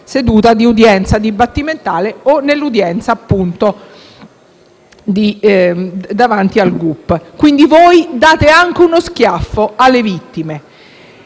seduta di udienza dibattimentale o nell'udienza davanti al gup. Quindi date anche uno schiaffo alle vittime.